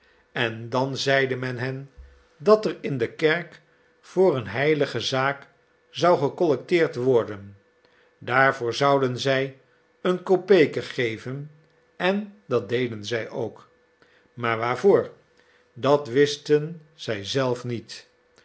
en dan zeide men hen dat er in de kerk voor een heilige zaak zou gecollecteerd worden daarvoor zouden zij een kopeke geven en dit deden zij ook maar waarvoor dat wisten zij zelf niet